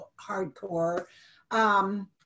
hardcore